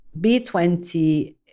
B20